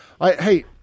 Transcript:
Hey